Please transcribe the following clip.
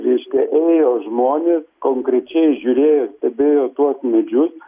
reiškia ėjo žmonės konkrečiai žiūrėjo stebėjo tuos medžius